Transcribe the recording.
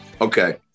Okay